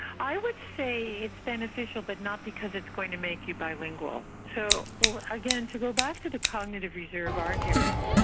i would say it's beneficial but not because it's going to make you bilingual. so again to go back to the cognitive reserve argument,